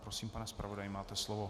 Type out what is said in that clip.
Prosím, pane zpravodaji, máte slovo.